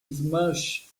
much